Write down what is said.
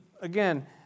again